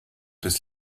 des